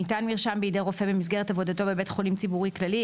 ניתן מרשם בידי רופא במסגרת עבודתו בבית חולים ציבורי כללי,